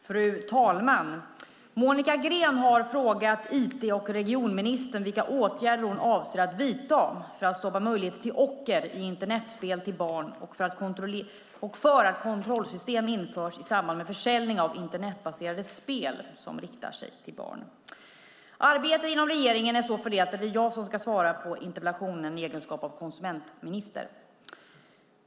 Fru talman! Monica Green har frågat IT och regionministern vilka åtgärder hon avser att vidta för att stoppa möjligheter till ocker i Internetspel till barn och för att kontrollsystem införs i samband med försäljning av Internetbaserade spel som riktar sig till barn. Arbetet inom regeringen är så fördelat att det är jag som ska svara på interpellationen i egenskap av konsumentminister.